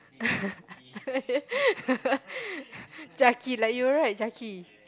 Chucky like you right Chucky